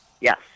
Yes